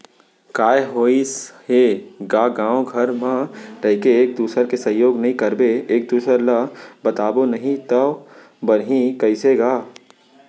काय होइस हे गा गाँव घर म रहिके एक दूसर के सहयोग नइ करबो एक दूसर ल बताबो नही तव बनही कइसे गा